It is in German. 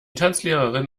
tanzlehrerin